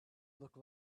look